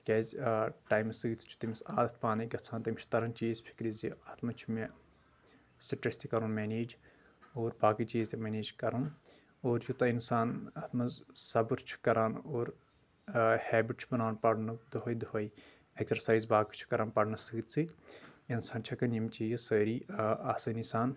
تِکیازِ آ ٹایمس سۭتۍ سۭتۍ چھُ تٔمِس عادَت پانے گژھان تٔمِس چھِ تران چیٖز فکرِ زِ اتھ منٛز چھِ مےٚ سٹرٮ۪س تہِ کرُن میٚنیج اور باقٕے چیٖز تہِ میٚنیج کرُن اور یوٗتاہ انسان اتھ منٛز صبر چھُ کران اور ہیٚبِٹ چھُ بناوان پرنُک دۄہے دۄہے ایٚگزرسایز باقٕے چھُ کران پرنس سۭتۍ سۭتۍ انسان چھُ ہیٚکان یِم چیٖز سٲری آسٲنی سان